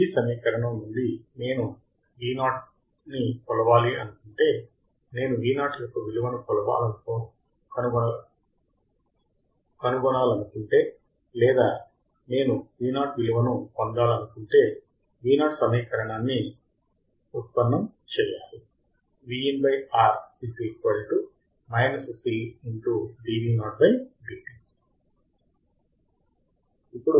ఈ సమీకరణం నుండి నేను Vo కొలవాలనుకుంటే నేను Vo యొక్క విలువను కనుగొనాలనుకుంటే లేదా నేను Vo విలువ పొందాలనుకుంటే Vo సమీకరణాన్ని ఉత్పన్నం చేయాలి